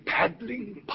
paddling